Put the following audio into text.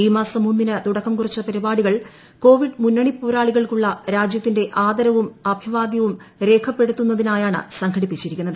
ഈ മാസം ഒന്നിന് തുടക്കം കൂറിച്ച പരിപാടികൾ കൊവിഡ് മുന്നണിപ്പോരാളികൾക്കുള്ള രാജ്യത്തിന്റെ ആദരവും അഭിവാദ്യവും രേഖപ്പെടുത്തുന്നതിനായാണ് സംഘടിപ്പിച്ചിരിക്കുന്നത്